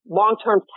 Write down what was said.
long-term